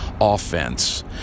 offense